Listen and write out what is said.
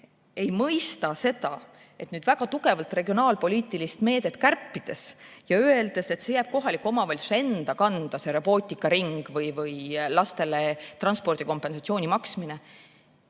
ei mõista seda, et väga tugevalt regionaalpoliitilist meedet kärpides ja öeldes, et see jääb kohaliku omavalitsuse enda kanda, see robootikaring või lastele transpordikompensatsiooni maksmine,